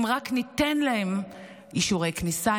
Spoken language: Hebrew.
אם רק ניתן להם אישורי כניסה,